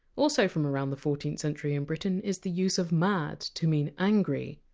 also from around the fourteenth century in britain is the use of! mad! to mean! angry.